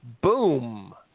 Boom